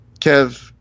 Kev